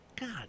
God